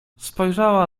spojrzała